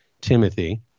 Timothy